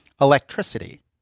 Electricity